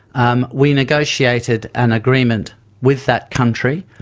um we negotiated an agreement with that country,